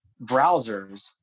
browsers